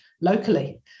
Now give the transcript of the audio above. locally